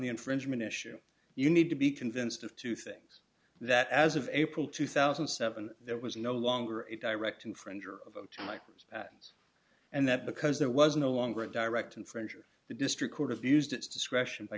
the infringement issue you need to be convinced of two things that as of april two thousand and seven there was no longer a direct infringer of my patent and that because there was no longer a direct infringer the district court of used its discretion by